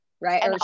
right